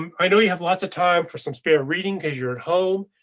um i know you have lots of time for some spare reading cause your'e at home.